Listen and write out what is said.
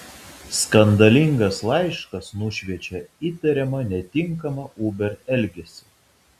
skandalingas laiškas nušviečia įtariamą netinkamą uber elgesį